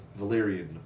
Valyrian